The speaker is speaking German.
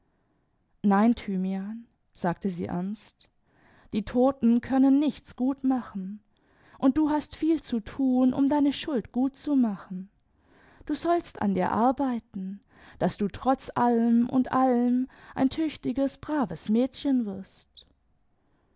nein thymian sagte sie ernst die toten können nichts gut machen und du hast viel zu tun um deine schtdd gut zu machen du sollst an dir arbeiten daß du trotz allem und allem ein tüchtiges braves mädchen wirst